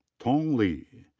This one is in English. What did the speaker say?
tong li.